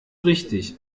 richtig